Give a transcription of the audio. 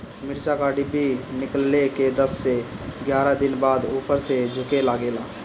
मिरचा क डिभी निकलले के दस से एग्यारह दिन बाद उपर से झुके लागेला?